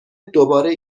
دوباره